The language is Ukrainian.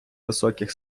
високих